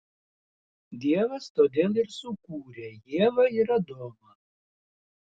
dievas todėl ir sukūrė ievą ir adomą